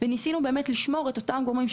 ניסינו לשמור את אותם גורמים,